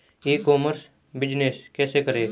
ई commerce business कैसे करें?